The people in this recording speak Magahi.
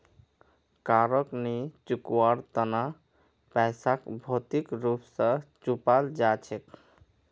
कारक नी चुकवार तना पैसाक भौतिक रूप स चुपाल जा छेक